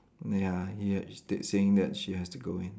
ya st~ saying that she has to go in